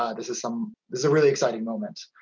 ah this is some, this is a really exciting moment.